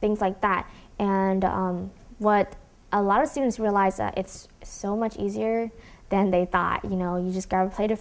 things like that and what a lot of students realize that it's so much easier than they thought you know you just got a plate of